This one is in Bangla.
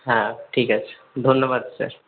হ্যাঁ ঠিক আছে ধন্যবাদ স্যার